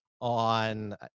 on